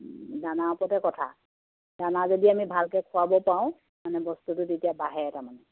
দানাৰ ওপৰতে কথা দানা যদি আমি ভালকে খোৱাব পাৰোঁ মানে বস্তুটো তেতিয়া বাঢ়ে তাৰমানে